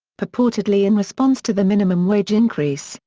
purportedly in response to the minimum wage increase,